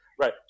Right